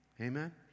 Amen